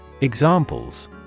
Examples